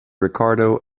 ricardo